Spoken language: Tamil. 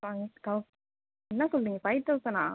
என்னா சொல்லுறீங்க ஃபைவ் தௌசண்ட்னா